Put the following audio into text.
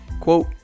quote